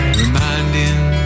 Reminding